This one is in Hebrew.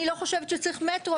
אני לא חושבת שצריך מטרו,